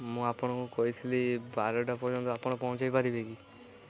ମୁଁ ଆପଣଙ୍କୁ କହିଥିଲି ବାରଟା ପର୍ଯ୍ୟନ୍ତ ଆପଣ ପହଞ୍ଚେଇ ପାରିବେ କି